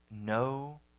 no